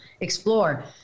explore